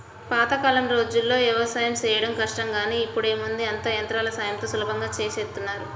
పాతకాలం రోజుల్లో యవసాయం చేయడం కష్టం గానీ ఇప్పుడేముంది అంతా యంత్రాల సాయంతో సులభంగా చేసేత్తన్నారు